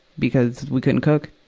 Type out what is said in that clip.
because we couldn't cook.